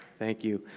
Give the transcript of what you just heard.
thank you.